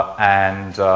and